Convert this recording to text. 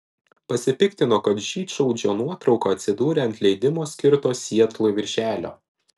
pasipiktino kad žydšaudžio nuotrauka atsidūrė ant leidimo skirto sietlui viršelio